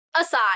aside